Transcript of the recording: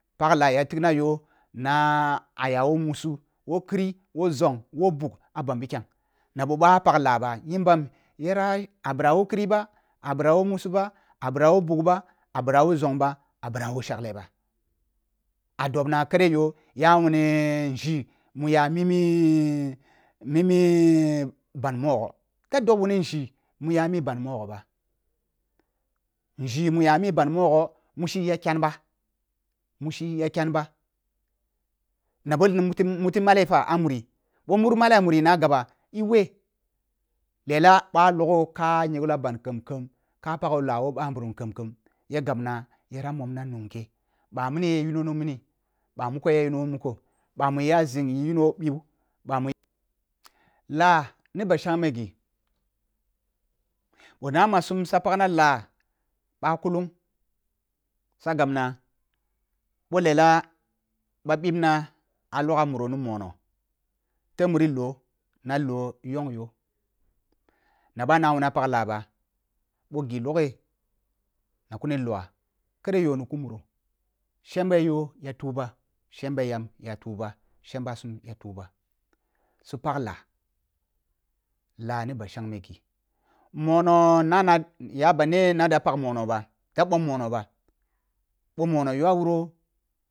Pag la ya tigna yoh na aya moh musu woh kiri wph zong woh bugh a ban ɓiken naɓo ba pag lah ba nyimbam yera a bira woh kiri ba ah bira woh musu ba ah bira woh bugu ba ah bira woh zong ba a bira woh shadle ba a dobna kade yoh ya wuni nzghi mu ya mimi mimi ban mogho da dob wun nzghi muya mi ban mogho ba nzghi mu ya mi ban mogho mushi ya kyan ba-mushi ya kyan ba na ɓoh muti boh muti malleh fa ah muri boh mur malleh ah mun na gaba i weh lela ɓah loghe ka ka yugla ban khem-khem ka pagho lah woh ɓan nburum khem-khem ya jabna yara momna nunghe ɓa mini ya nunu mini ba muko ya yuno muko ba mu ya zing yino ɓiu bama lah ni ba shangme ghi boh na ma sun sa pagna lah ba kulung sa gabna bo lella ba bibna ah logha muro no mono teb muro yoh na loh yong yoh na ba wuni ah pag la ba boh ghi loghe na kuni luah kere yo ni ku muro shembe yoh ya tu ba shembe yam ya tu ba shemba sum ya tu ba su pagla la ni ɓa shangme ghi mono nana nya ba ne na da pag mono ba du bom mono ba boh mon yume a wuro.